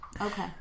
Okay